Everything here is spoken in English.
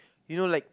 you know like